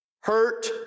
Hurt